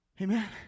Amen